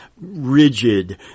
rigid